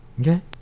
Okay